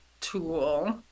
tool